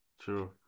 True